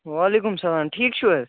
وعلیکُم سَلام ٹھیٖک چھِو حظ